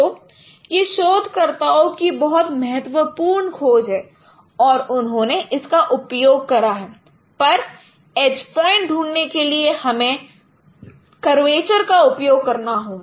तो यह शोधकर्ताओं की बहुत महत्वपूर्ण खोज है और उन्होंने इसका उपयोग करा है पर एज पॉइंट ढूंढने के लिए हमें कर्वेचर का उपयोग करना होगा